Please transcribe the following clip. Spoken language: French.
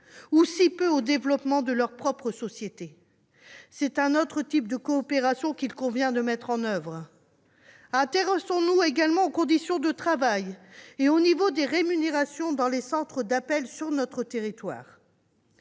ou si peu au développement de leur propre société ? C'est un autre type de coopération qu'il convient de mettre en oeuvre. Intéressons-nous également aux conditions de travail et au niveau des rémunérations dans les centres d'appels sur notre territoire.